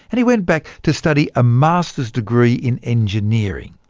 and went back to study a master's degree in engineering.